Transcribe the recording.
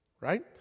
right